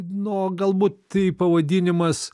nu o galbūt tai pavadinimas